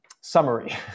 summary